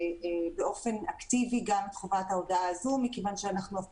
באופן אקטיבי גם את חובת ההודעה הזאת מכיוון שאנחנו אף